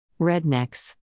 Rednecks